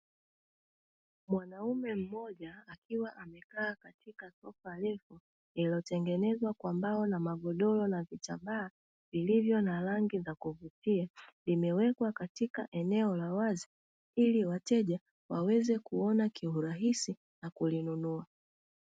Mwanaume mmoja akiwa amekaa katika sofa refu lililotengenezwa kwa mbao na magodoro na vitambaa vilivyo na rangi ya kuvutia, limewekewa katika eneo la wazi ili wateja waweze kuona kiurahisi na kulinunua.